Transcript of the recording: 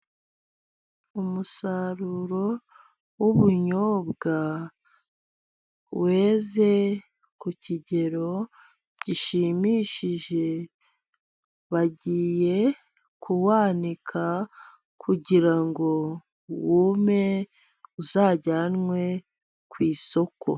Umusaruro w'ubunyobwa, weze ku kigero gishimishije, bagiye kuwanika kugirango wume, uzajyanwe ku isoko.